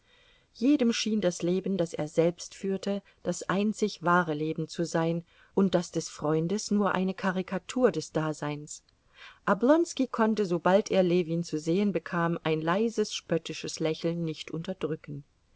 jedem schien das leben das er selbst führte das einzig wahre leben zu sein und das des freundes nur eine karikatur des daseins oblonski konnte sobald er ljewin zu sehen bekam ein leises spöttisches lächeln nicht unterdrücken